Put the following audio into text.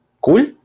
Cool